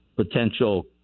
Potential